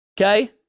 Okay